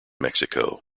mexico